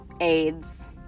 AIDS